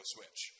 Switch